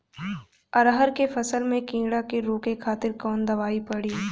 अरहर के फसल में कीड़ा के रोके खातिर कौन दवाई पड़ी?